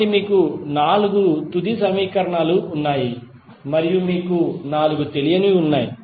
కాబట్టి మీకు నాలుగు తుది సమీకరణాలు ఉన్నాయి మరియు మీకు నాలుగు తెలియనివి ఉన్నాయి